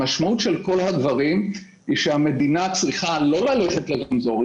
לכן המדינה צריכה לא ללכת לרמזור,